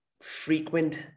frequent